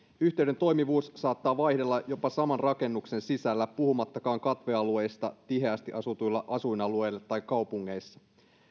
yhteyden toimivuus saattaa vaihdella jopa saman rakennuksen sisällä puhumattakaan katvealueista tiheästi asutuilla asuinalueilla tai kaupungeissa